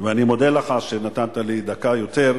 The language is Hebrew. ואני מודה לך על שנתת לי דקה יותר.